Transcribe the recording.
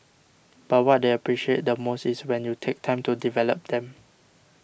but what they appreciate the most is when you take time to develop them